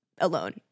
alone